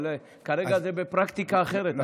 אבל כרגע זה בפרקטיקה אחרת,